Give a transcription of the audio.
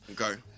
Okay